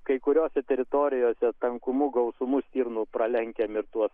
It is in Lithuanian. kai kuriose teritorijose tankumu gausumu stirnų pralenkiam ir tuos